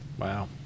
Wow